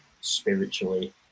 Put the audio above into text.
spiritually